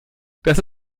das